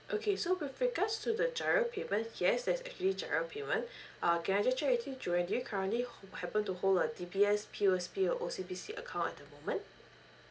okay so with regards to the GIRO payment yes there's actually GIRO payment uh can I just check with you johan do you currently h~ happen to hold a D_B_S P_O_S_B or O_C_B_C account at the moment